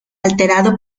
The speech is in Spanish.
alterado